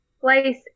place